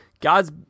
God's